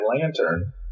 lantern